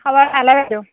খবৰ ভালে বাৰু